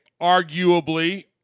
Arguably